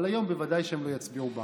אבל היום ודאי שהם לא יצביעו בעד.